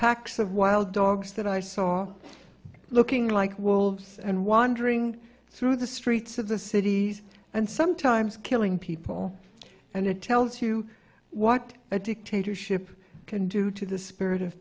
packs of wild dogs that i saw looking like wolves and wandering through the streets of the cities and sometimes killing people and it tells you what a dictatorship can do to the spirit of